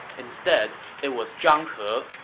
instead, it was zhang he,